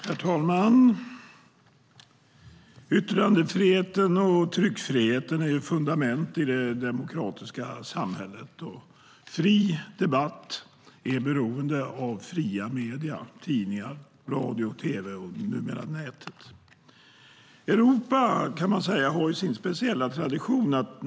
Herr talman! Yttrandefriheten och tryckfriheten är fundament i det demokratiska samhället. Fri debatt är beroende av fria medier, tidningar, radio, tv och numera nätet. Europa kan man säga har sin speciella tradition.